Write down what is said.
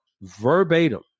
verbatim